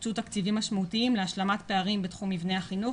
הוקצו תקציבים משמעותיים להשלמת פערים בתחום מבני החינוך